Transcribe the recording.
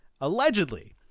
allegedly